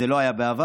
זה לא היה בעבר.